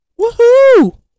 Woohoo